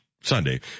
Sunday